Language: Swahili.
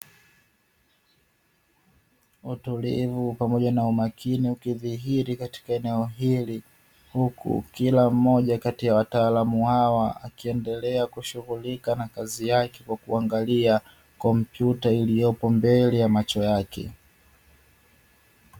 Utulivu pamoja na umakini ukidhihiri katika eneo hili, huku kila mmoja kati ya wataalamu hawa akiendelea kushughulika na kazi yake kwa kuangalia komputa iliyopo mbele ya macho yake.